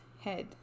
head